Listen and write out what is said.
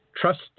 Trust